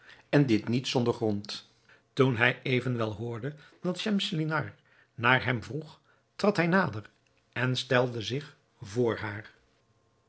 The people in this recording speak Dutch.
en dit niet zonder grond toen hij evenwel hoorde dat schemselnihar naar hem vroeg trad hij nader en stelde zich vr haar